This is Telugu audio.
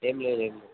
ఏమి లేదు ఏమి లేదు